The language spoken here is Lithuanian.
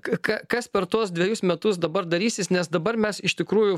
ką kas per tuos dvejus metus dabar darysis nes dabar mes iš tikrųjų